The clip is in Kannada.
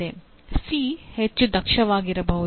ಸಿ ಹೆಚ್ಚು ದಕ್ಷವಾಗಿರಬಹುದು